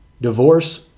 Divorce